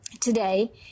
today